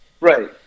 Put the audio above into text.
right